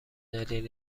دلیل